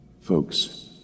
Folks